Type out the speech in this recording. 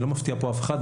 אני לא מפתיע כאן אף אחד.